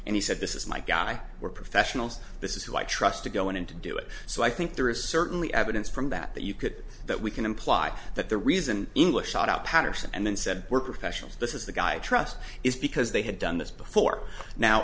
and he said this is my guy we're professionals this is who i trust to go in and do it so i think there is certainly evidence from that that you could that we can imply that the reason english shot out patterson and then said we're professionals this is the guy trust is because they had done this before now